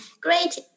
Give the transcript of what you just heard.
great